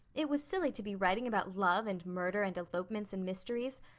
it was silly to be writing about love and murder and elopements and mysteries.